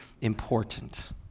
important